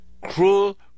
cruel